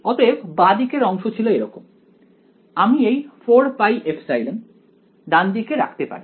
অতএব বাঁ দিকের অংশ ছিল এরকম আমি এই 4πε ডান দিকে রাখতে পারি